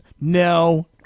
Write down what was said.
no